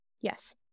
Yes